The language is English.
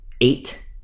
eight